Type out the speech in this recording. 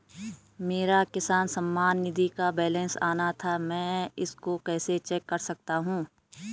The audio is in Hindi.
मेरा किसान सम्मान निधि का बैलेंस आना था मैं इसको कैसे चेक कर सकता हूँ?